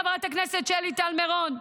חברת הכנסת שלי טל מירון,